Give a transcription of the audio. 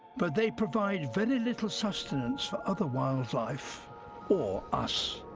but they provide very little sustenance for other wildlife or us.